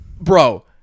Bro